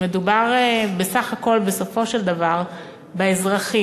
מדובר בסך הכול בסופו של דבר באזרחים